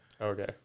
Okay